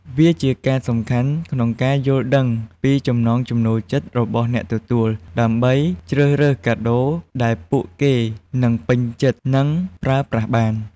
វាជាការសំខាន់ក្នុងការយល់ដឹងពីចំណង់ចំណូលចិត្តរបស់អ្នកទទួល ដើម្បីជ្រើសរើសកាដូដែលពួកគេនឹងពេញចិត្ត និងប្រើប្រាស់បាន។